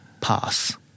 Pass